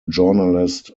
journalist